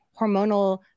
hormonal